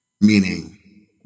meaning